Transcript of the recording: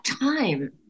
time